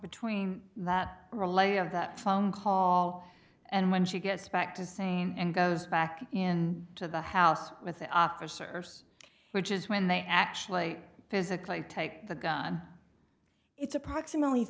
between that relay of the phone call and when she gets back to sing and goes back in to the house with the officers which is when they actually physically take the gun it's approximately